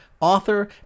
author